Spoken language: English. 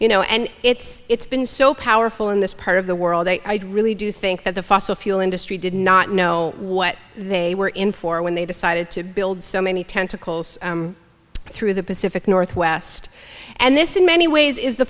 you know and it's it's been so powerful in this part of the world i really do think that the fossil fuel industry did not know what they were in for when they decided to build so many tentacles through the pacific northwest and this in many ways is the